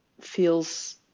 feels